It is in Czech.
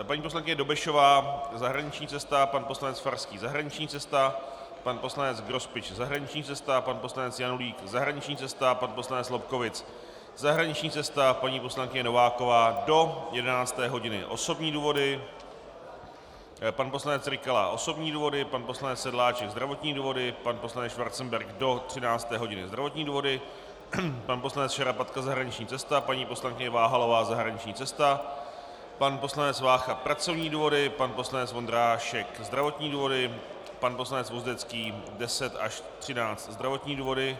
Paní poslankyně Dobešová zahraniční cesta, pan poslanec Farský zahraniční cesta, pan poslanec Grospič zahraniční cesta, pan poslanec Janulík zahraniční cesta, pan poslanec Lobkowicz zahraniční cesta, paní poslankyně Nováková do 11 hodin osobní důvody, pan poslanec Rykala osobní důvody, pan poslanec Sedláček zdravotní důvody, pan poslanec Schwarzenberg do 13 hodin zdravotní důvody, pan poslanec Šarapatka zahraniční cesta, paní poslankyně Váhalová zahraniční cesta, pan poslanec Vácha pracovní důvody, pan poslanec Vondrášek zdravotní důvody, pan poslanec Vozdecký 10 až 13 hodin zdravotní důvody.